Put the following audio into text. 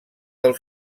del